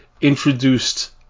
introduced